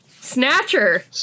snatcher